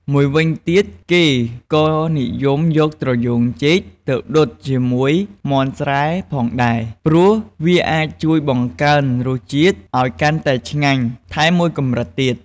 មួយវិញទៀត គេក៏និយមយកត្រយូងចេកទៅដុតជាមួយមាន់ស្រែផងដែរ ព្រោះវាអាចជួយបង្កើនរសជាតិឱ្យកាន់តែឆ្ងាញ់ថែមមួយកម្រិតទៀត។